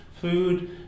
Food